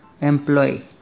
employee